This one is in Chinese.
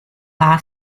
卡利